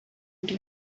into